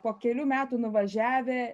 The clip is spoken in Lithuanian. po kelių metų nuvažiavę